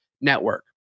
Network